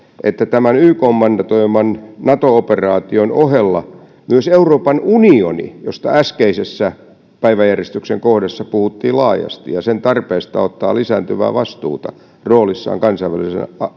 että tämän ykn mandatoiman nato operaation ohella myös euroopan unioni josta äskeisessä päiväjärjestyksen kohdassa puhuttiin laajasti ja sen tarpeesta ottaa lisääntyvää vastuuta roolissaan kansainvälisenä